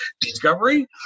discovery